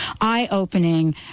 eye-opening